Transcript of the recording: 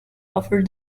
over